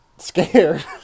scared